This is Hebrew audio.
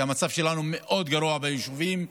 כי המצב שלנו מאוד גרוע ביישובים.